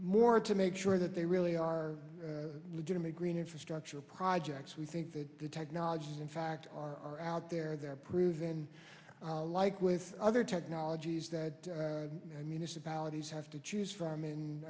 more to make sure that they really are legitimate green infrastructure projects we think that the technology in fact are out there they're proven like with other technologies that i mean it's about these have to choose from